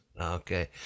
Okay